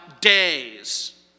days